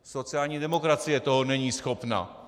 Sociální demokracie toho není schopna.